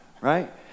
right